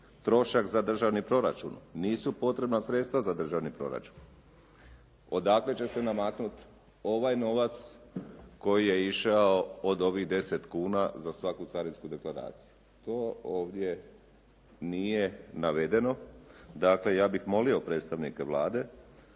trošak za državni proračun. Nisu potrebna sredstva za državni proračun. Odakle će se namaknuti ovaj novac koji je išao od ovih 10 kuna za svaku carinsku deklaraciju, to ovdje nije navedeno. Dakle, ja bih molio predstavnika Vlade